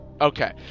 okay